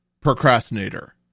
procrastinator